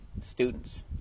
students